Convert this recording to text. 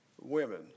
Women